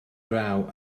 draw